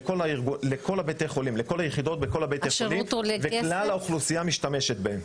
לכל היחידות ולכל בתי החולים וכלל האוכלוסייה משתמשת בהם.